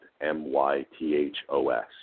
M-Y-T-H-O-S